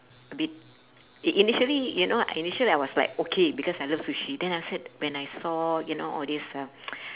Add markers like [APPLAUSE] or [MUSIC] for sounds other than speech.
a bit in~ initially you know initially I was like okay because I love sushi then I said when I saw you know all this uh [NOISE]